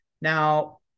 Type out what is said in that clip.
Now